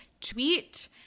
tweet